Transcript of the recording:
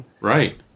Right